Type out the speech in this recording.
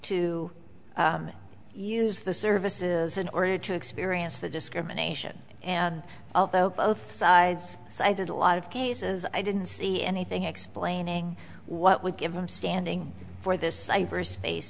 to use the services in order to experience the discrimination and although both sides so i did a lot of cases i didn't see anything explaining what would give them standing for this cyberspace